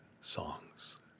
songs